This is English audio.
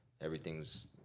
everything's